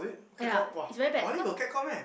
ya it's very bad cause